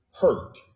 hurt